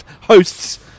hosts